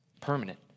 permanent